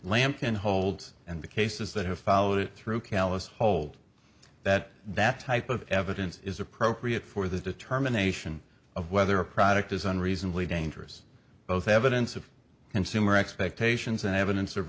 lampkin holds and the cases that have followed it through callis hold that that type of evidence is appropriate for the determination of whether a product is unreasonably dangerous both evidence of consumer expectations and evidence of